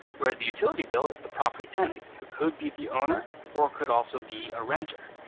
whereas the utility bill it's the property tenant, who could be the owner or could also be a renter.